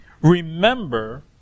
remember